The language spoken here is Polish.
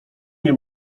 nie